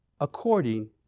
according